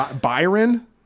Byron